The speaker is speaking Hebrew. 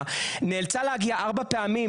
להביע את עמדתו.